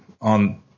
on